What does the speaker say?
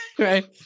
right